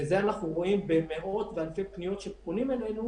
ואת זה אנחנו רואים במאות ובאלפי פניות שפונים אלינו